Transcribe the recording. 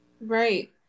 Right